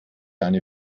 eine